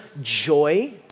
joy